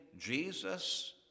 Jesus